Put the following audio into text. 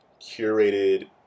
curated